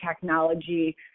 technology